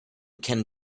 can